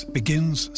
begins